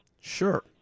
Sure